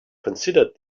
considered